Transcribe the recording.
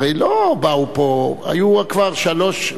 הרי היו כבר שלוש,